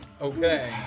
Okay